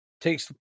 takes